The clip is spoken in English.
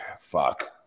fuck